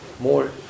more